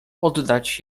oddać